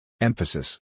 Emphasis